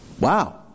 Wow